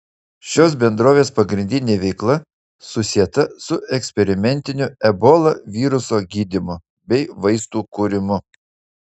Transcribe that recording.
šios bendrovės pagrindinė veikla susieta su eksperimentiniu ebola viruso gydymu bei vaistų kūrimu